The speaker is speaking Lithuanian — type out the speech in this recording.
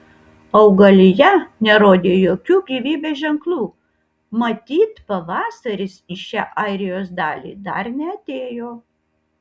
augalija nerodė jokių gyvybės ženklų matyt pavasaris į šią airijos dalį dar neatėjo